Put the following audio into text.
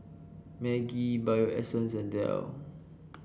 Maggi Bio Essence and Dell